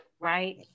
right